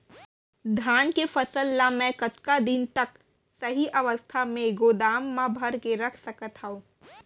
धान के फसल ला मै कतका दिन तक सही अवस्था में गोदाम मा भर के रख सकत हव?